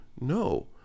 No